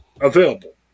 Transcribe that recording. available